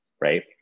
Right